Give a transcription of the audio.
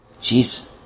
Jeez